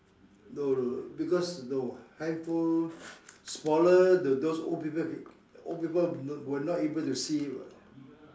no no no because no handphone smaller the those old people old people will not able to see it [what]